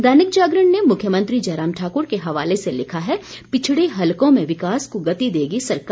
दैनिक जागरण ने मुख्यमंत्री जयराम ठाकुर के हवाले से लिखा है पिछड़े हलकों में विकास को गति देगी सरकार